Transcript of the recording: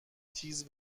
تیز